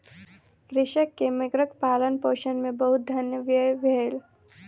कृषक के मगरक पालनपोषण मे बहुत धन व्यय भेल